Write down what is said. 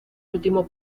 último